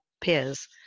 peers